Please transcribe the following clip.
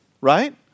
right